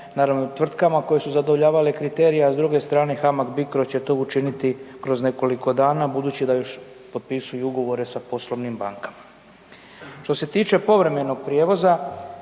naravno, tvrtkama koje su zadovoljavale kriterije, a s druge strane, HAMAG Bicro će to učiniti kroz nekoliko dana, budući da još potpisuju ugovore sa poslovnim bankama. Što se tiče povremenog prijevoza,